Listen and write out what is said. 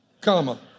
comma